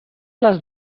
les